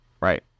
Right